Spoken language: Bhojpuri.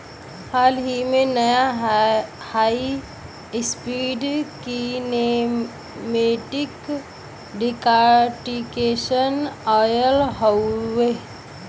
हाल ही में, नया हाई स्पीड कीनेमेटिक डिकॉर्टिकेशन आयल हउवे